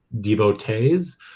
devotees